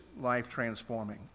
life-transforming